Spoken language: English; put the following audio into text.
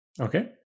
Okay